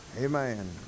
amen